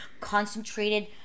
concentrated